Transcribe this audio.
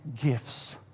gifts